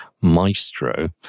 Maestro